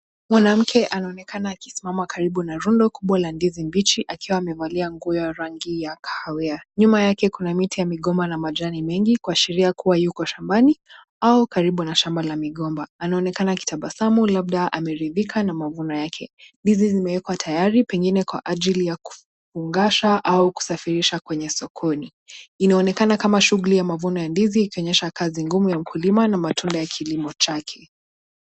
Mwanamke anaonekana akisimama karibu na rundo kubwa la ndizi mbichi akiwa amevalia nguo ya rangi ya kahawia. Nyuma yake kuna miti ya migomba na majani mengi kuashiria kuwa yuko shambani au karibu na shamba la migomba. Anaonekana akitabasamu labda ameridhika na mavuno yake. Ndizi zimewekwa tayari pengine kwa ajili ya kufungasha au kusafirisha kwenye sokoni. Inaonekana kama shughuli ya mavuno ya ndizi ikionyesha kazi ngumu ya ukulima na matunda ya kilimo chake.